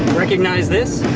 recognize this?